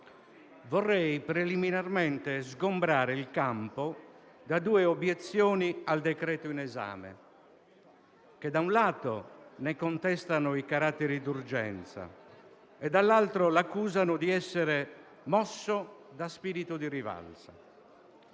vorrei preliminarmente sgombrare il campo da due obiezioni al decreto-legge in esame, che, da un lato, ne contestano i caratteri di urgenza e, dall'altro, lo accusano di essere mosso da spirito di rivalsa.